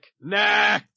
Nah